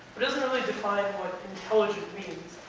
it doesn't really define what intelligent means.